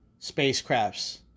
spacecrafts